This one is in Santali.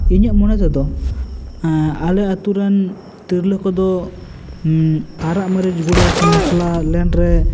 ᱤᱧᱟᱹᱜ ᱢᱚᱱᱮ ᱛᱮᱫᱚ ᱟᱞᱮ ᱟᱛᱳ ᱨᱮᱱ ᱛᱤᱨᱞᱟᱹ ᱠᱚᱫᱚ ᱟᱨᱟᱜ ᱢᱟᱹᱨᱤᱪ ᱜᱩᱲᱟᱹ ᱥᱮ ᱢᱚᱥᱞᱟ ᱞᱮᱱ ᱨᱮ